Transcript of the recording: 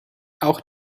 auch